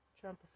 Trump